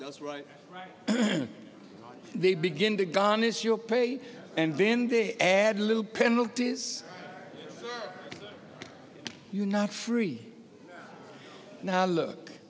that's right they begin to garnish your pay and then they add little penalty is you not free now look